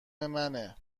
منه